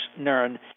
Naren